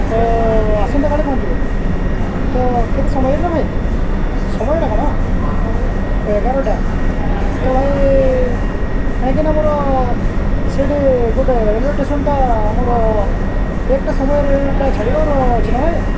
ଓ ଆସନ୍ତା କାଲି ପହଁଞ୍ଚିବ ତ କେତେ ସମୟ ହେ ନା ଭାଇ ସମୟଟା କ'ଣ ଓ ଏଗାରଟା ତ ଭାଇ କାହିଁକିନା ଆମର ସେଇଠି ଗୋଟେ ରେଲୱେ ଷ୍ଟେସନ୍ଟା ଆମର ଏକ୍ଟା ସମୟ ରେଳଟା ଛାଡ଼ିବାର ଅଛି ନା ଭାଇ